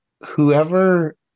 whoever